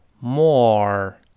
more